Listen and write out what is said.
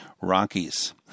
Rockies